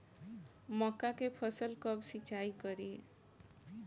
मका के फ़सल कब सिंचाई करी?